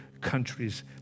countries